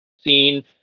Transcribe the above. seen